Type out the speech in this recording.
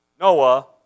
Noah